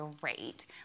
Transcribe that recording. great